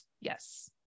Yes